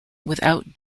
without